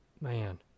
man